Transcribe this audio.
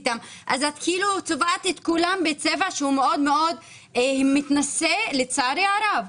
את צובעת את כולם בצבע שנובע מהתנשאות לצערי הרב.